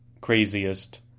craziest